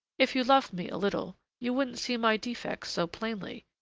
if you loved me a little, you wouldn't see my defects so plainly.